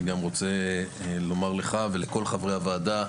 אני גם רוצה לומר לך ולכל חברי הוועדה,